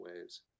ways